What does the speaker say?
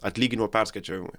atlyginimo perskaičiavimui